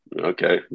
okay